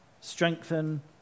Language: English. Strengthen